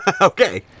okay